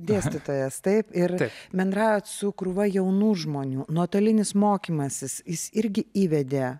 dėstytojas taip ir bendraujat su krūva jaunų žmonių nuotolinis mokymasis jis irgi įvedė